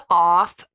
off